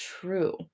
true